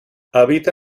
habita